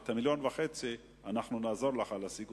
ואת 1.5 המיליון אנחנו נעזור לך להשיג